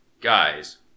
Guys